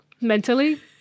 mentally